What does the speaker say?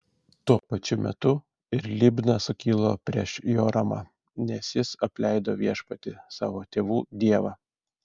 tuo pačiu metu ir libna sukilo prieš joramą nes jis apleido viešpatį savo tėvų dievą